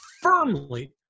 firmly